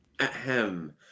Ahem